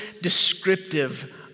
descriptive